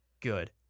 good